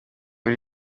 uri